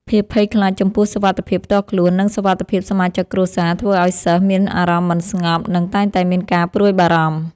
ភាពភ័យខ្លាចចំពោះសុវត្ថិភាពផ្ទាល់ខ្លួន និងសុវត្ថិភាពសមាជិកគ្រួសារធ្វើឱ្យសិស្សមានអារម្មណ៍មិនស្ងប់ និងតែងតែមានការព្រួយបារម្ភ។